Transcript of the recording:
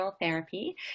therapy